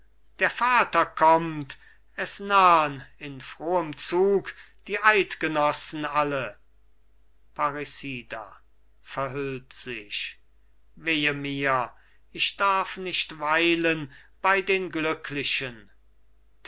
der vater kommt es nahn in frohem zug die eidgenossen alle parricida verhüllt sich wehe mir ich darf nicht weilen bei den glücklichen